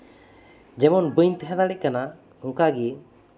ᱡᱮᱢᱚᱱ ᱵᱟᱹᱧ ᱛᱟᱦᱮᱸ ᱫᱟᱲᱮᱭᱟᱜ ᱠᱟᱱᱟ ᱚᱱᱠᱟᱜᱮ